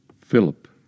Philip